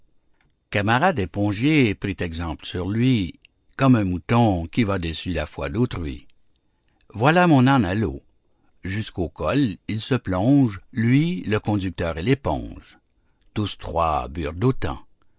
camarade épongier prit exemple sur lui comme un mouton qui va dessus la foi d'autrui voilà mon âne à l'eau jusqu'au col il se plonge lui le conducteur et l'éponge tous trois burent d'autant